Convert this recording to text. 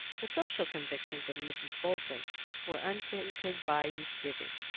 the social convictions of mrs. bolton were untainted by misgiving.